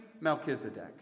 Melchizedek